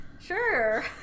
sure